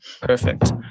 Perfect